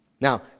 Now